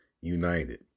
united